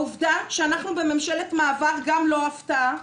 העובדה שאנחנו בממשלת מעבר גם לא הפתעה,